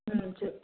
ம் சரி